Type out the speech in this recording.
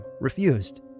refused